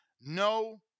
No